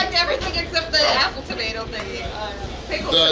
everything except the apple tomato thingy pickled